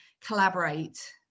collaborate